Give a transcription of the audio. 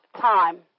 time